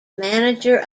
manager